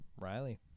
Riley